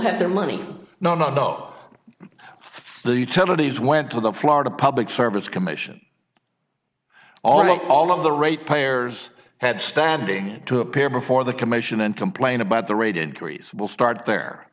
had their money no no the utilities went to the florida public service commission all look all of the rate payers had standing to appear before the commission and complain about the rate increase will start there